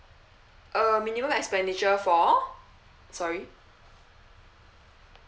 um minimum expenditure for sorry